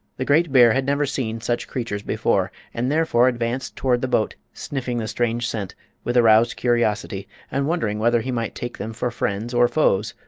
the great bear had never seen such creatures before, and therefore advanced toward the boat, sniffing the strange scent with aroused curiosity and wondering whether he might take them for friends or foes,